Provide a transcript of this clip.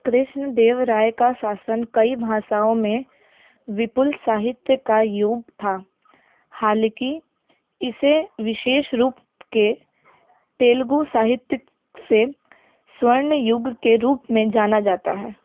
कृष्णदेव राय का शासन कई भाषाओं में विपुल साहित्य का युग था हालांकि इसे विशेष रूप से तेलुगु साहित्य के स्वर्ण युग के रूप में जाना जाता है